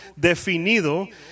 definido